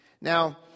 Now